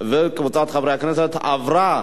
חוק ומשפט נתקבלה.